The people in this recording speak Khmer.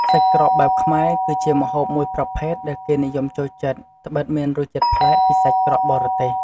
សាច់ក្រកបែបខ្មែរ គឺជាម្ហូបមួយប្រភេទដែលគេនិយមចូលចិត្ត ត្បិតមានរសជាតិប្លែកពីសាច់ក្រកបរទេស។